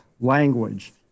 Language